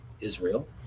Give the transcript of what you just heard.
Israel